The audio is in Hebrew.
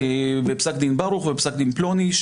פסק דין ברוך ופסק דין פלוני,